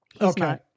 Okay